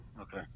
Okay